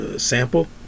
Sample